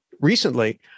recently